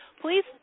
Please